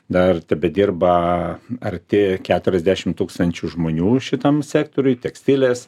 dar tebedirba artėja keturiasdešim tūkstančių žmonių šitam sektoriuj tekstilės